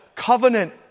covenant